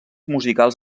musicals